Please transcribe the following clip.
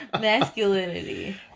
masculinity